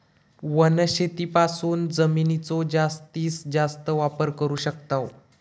वनशेतीपासून जमिनीचो जास्तीस जास्त वापर करू शकताव